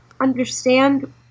understand